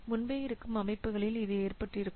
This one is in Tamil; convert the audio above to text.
முன்பே இருக்கும் அமைப்புகளில் இது ஏற்பட்டிருக்கும்